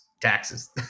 taxes